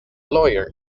lawyer